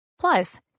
Plus